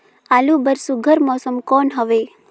आलू बर सुघ्घर मौसम कौन हवे?